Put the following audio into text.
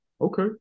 Okay